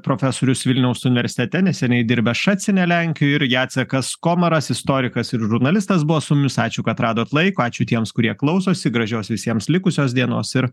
profesorius vilniaus universitete neseniai dirbęs šecine lenkijoje ir jacekas komaras istorikas ir žurnalistas buvo su mumis ačiū kad radot laiko ačiū tiems kurie klausosi gražios visiems likusios dienos ir